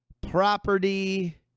property